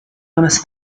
honest